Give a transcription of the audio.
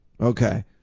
Okay